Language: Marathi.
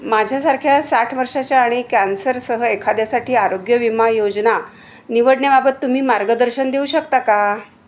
माझ्यासारख्या साठ वर्षाच्या आणि कॅन्सरसह एखाद्यासाठी आरोग्य विमा योजना निवडण्याबाबत तुम्ही मार्गदर्शन देऊ शकता का